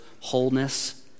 wholeness